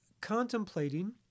contemplating